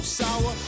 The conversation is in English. sour